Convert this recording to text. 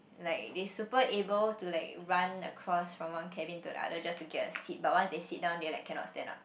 like they super able to like run across from one cabin to another to just get a seat but once they sit down they like cannot stand up